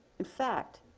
in fact,